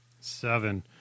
Seven